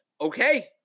Okay